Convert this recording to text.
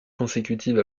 consécutives